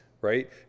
right